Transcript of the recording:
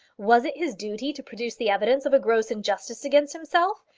was it his duty to produce the evidence of a gross injustice against himself?